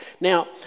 Now